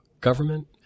government